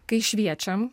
kai šviečiam